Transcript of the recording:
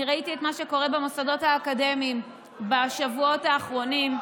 אני ראיתי את מה שקורה במוסדות האקדמיים בשבועות האחרונים.